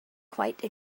quite